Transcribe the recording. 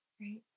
right